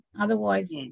Otherwise